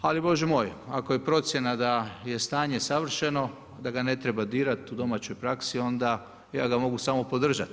Ali Bože moj, ako je procjena da je stanje savršeno, onda ga ne treba dirati u domaćoj praksi, onda ja ga mogu samo podržati.